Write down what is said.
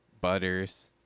Butters